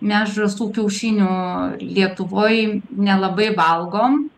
mes žąsų kiaušinių lietuvoj nelabai valgom